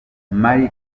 mali